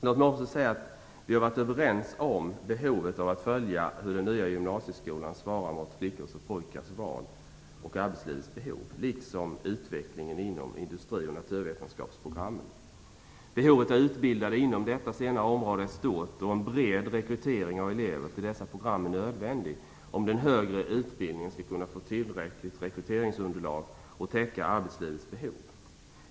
Låt mig också säga att vi varit överens om behovet av att följa hur den nya gymnasieskolan svarar mot flickors och pojkars val och arbetslivets behov, liksom utvecklingen inom industri och naturvetenskapsprogrammen. Behovet av utbildade inom detta senare område är stort, och en bred rekrytering av elever till dessa program är nödvändig om den högre utbildningen skall kunna få tillräckligt rekryteringsunderlag och täcka arbetslivets behov.